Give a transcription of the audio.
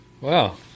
Wow